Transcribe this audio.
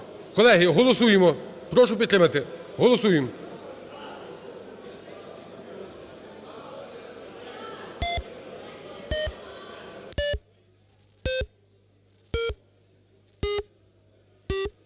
Колеги, голосуємо. Прошу підтримати, голосуємо.